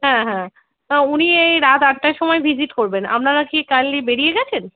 হ্যাঁ হ্যাঁ না উনি এই রাত আটটার সময় ভিজিট করবেন আপনারা কি কাইন্ডলি বেরিয়ে গিয়েছেন